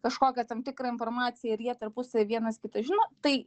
kažkokią tam tikrą informaciją ir jie tarpusavy vienas kitą žino tai